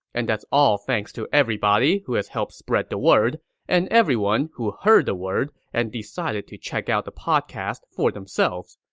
and that's all thanks to everyone who has helped spread the word and everyone who heard the word and decided to check out the podcast for themselves.